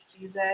Jesus